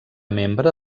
membre